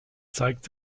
zeigt